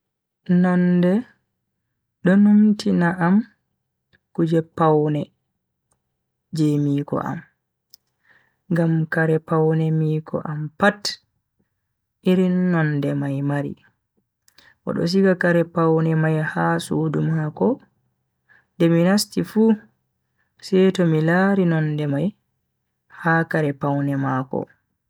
Nonde do numtina kuje pawne je miko am. ngam Kare pawne Miko am pat irin nonde mai mari. odo siga Kare pawne mai ha sudu mako nde mi nasti fu seto mi lari nonde mai ha Kare pawne mako.